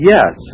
Yes